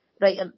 right